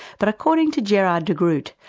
but according to gerard de groot,